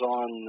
on